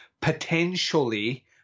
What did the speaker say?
potentially